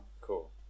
cool